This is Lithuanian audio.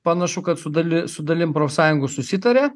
panašu kad su dali su dalim profsąjungų susitarė